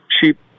cheap